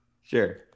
Sure